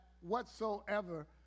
whatsoever